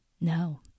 no